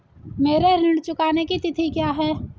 मेरे ऋण चुकाने की तिथि क्या है?